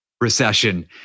recession